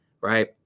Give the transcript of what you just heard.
right